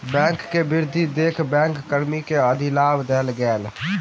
bank के वृद्धि देख बैंक कर्मी के अधिलाभ देल गेल